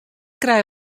krij